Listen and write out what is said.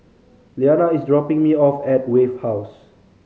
Leanna is dropping me off at Wave House